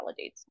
validates